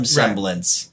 semblance